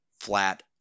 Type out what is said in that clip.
flat